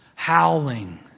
howling